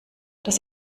das